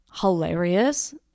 hilarious